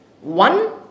One